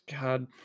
God